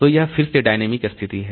तो यह फिर से एक डायनामिक स्थिति है